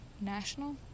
national